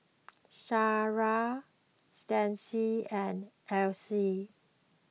Shara Stacie and Alcee